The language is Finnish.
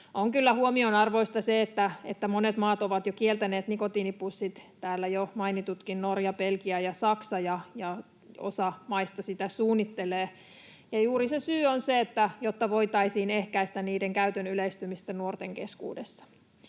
On kyllä huomionarvoista se, että monet maat ovat jo kieltäneet nikotiinipussit — täällä jo mainitutkin Norja, Belgia ja Saksa — ja osa maista sitä suunnittelee. Juuri se on se syy, jotta voitaisiin ehkäistä niiden käytön yleistymistä nuorten keskuudessa.